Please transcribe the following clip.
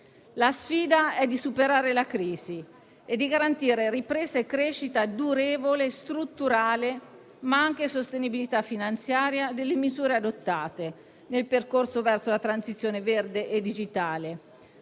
La sfida è di superare la crisi e di garantire ripresa e crescita durevole e strutturale, ma anche sostenibilità finanziaria delle misure adottate nel percorso verso la transizione verde e digitale.